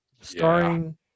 starring